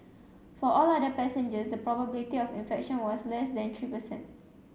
for all other passengers the probability of infection was less than three per cent